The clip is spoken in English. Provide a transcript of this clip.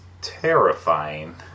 terrifying